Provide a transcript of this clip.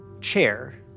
chair